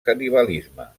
canibalisme